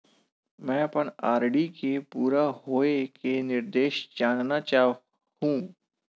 मैं अपन आर.डी के पूरा होये के निर्देश जानना चाहहु